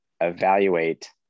evaluate